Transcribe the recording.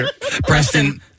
Preston